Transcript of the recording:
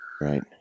Right